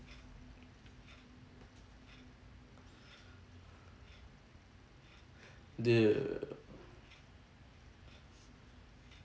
the